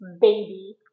baby